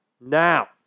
Now